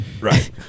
right